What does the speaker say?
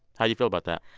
how do you feel about that?